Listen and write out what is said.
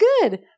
good